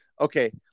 okay